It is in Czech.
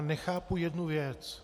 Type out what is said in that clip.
Nechápu jednu věc.